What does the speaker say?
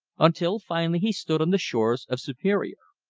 until finally he stood on the shores of superior.